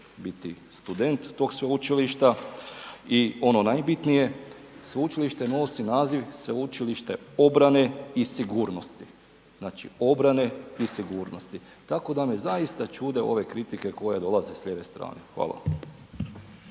biti student tog sveučilišta i ono najbitnije, sveučilište nosi naziv Sveučilište obrane i sigurnosti, znači obrane i sigurnosti. Tako da me zaista čude ove kritike koje dolaze s lijeve strane. Hvala.